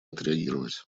отреагировать